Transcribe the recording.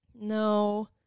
No